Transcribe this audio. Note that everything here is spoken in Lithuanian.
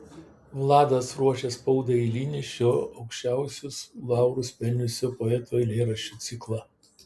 vladas ruošė spaudai eilinį šio aukščiausius laurus pelniusio poeto eilėraščių ciklą